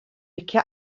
licio